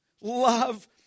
love